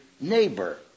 neighbor